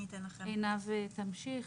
אני אתחיל ועינב תמשיך.